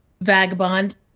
vagabond